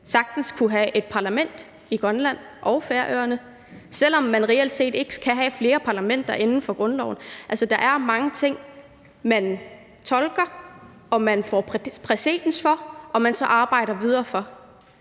sagtens kan have et parlament i Grønland og på Færøerne, selv om man reelt set ikke kan have flere parlamenter inden for grundloven. Altså, der er mange ting, som man tolker, og som man får præcedens for og man så arbejder videre for.